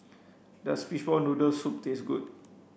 does fishball noodle soup taste good